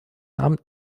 amt